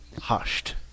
hushed